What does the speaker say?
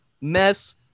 mess